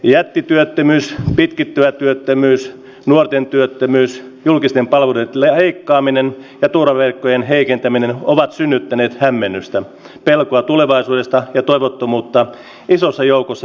jättityöttömyys pitkittyvä työttömyys nuorten työttömyys julkisten palveluiden leikkaaminen ja turvaverkkojen heikentäminen ovat synnyttäneet hämmennystä pelkoa tulevaisuudesta ja toivottomuutta isossa joukossa eurooppalaisia